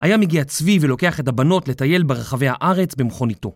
היה מגיע צבי ולוקח את הבנות לטייל ברחבי הארץ במכון איתו.